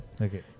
okay